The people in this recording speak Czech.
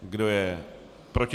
Kdo je proti?